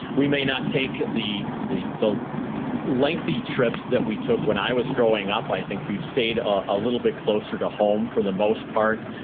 we may not take the the lengthy trips that we took when i was growing up. i think we've stayed a little bit closer to home, for the most part.